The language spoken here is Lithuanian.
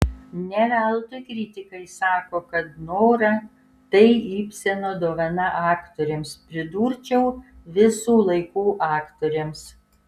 ne veltui kritikai sako kad nora tai ibseno dovana aktorėms pridurčiau visų laikų aktorėms